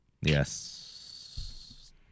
Yes